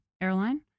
airline